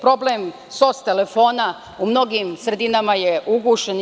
Problem SOS telefona u mnogim sredinama je ugušen.